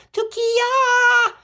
Tukia